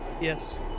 Yes